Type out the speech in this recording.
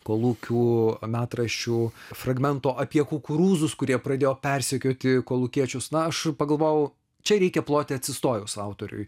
kolūkių metraščių fragmento apie kukurūzus kurie pradėjo persekioti kolūkiečius na aš pagalvojau čia reikia ploti atsistojus autoriui